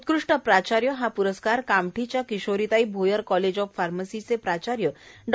उत्कृष्ट प्राचार्य हा प्रस्कार कामठीच्या किशोरीताई भोयर कॉलेज ऑफ फार्मासीचे प्राचार्य डॉ